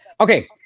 okay